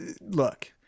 look